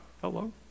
hello